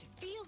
feel